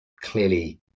clearly